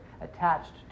attached